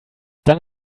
done